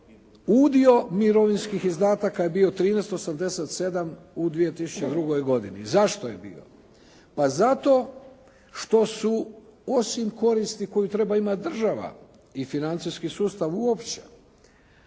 udio mirovinskih izdataka je bio 13,87 u 2002. godini. Zašto je bio? Pa zato što su osim koristi koju treba imati država i financijski sustav uopće,